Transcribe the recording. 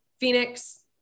Phoenix